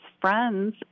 friends